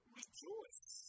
rejoice